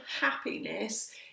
happiness